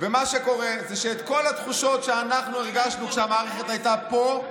ומה שקורה זה שאת כל התחושות שאנחנו הרגשנו כשהמערכת הייתה פה,